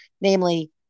namely